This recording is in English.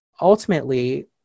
ultimately